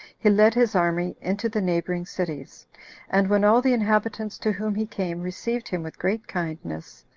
he led his army into the neighboring cities and when all the inhabitants to whom he came received him with great kindness,